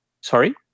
Sorry